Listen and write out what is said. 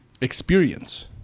experience